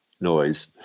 noise